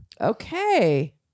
Okay